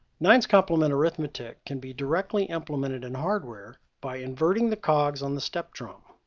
nines complement arithmetic can be directly implemented in hardware by inverting the cogs on the step drum.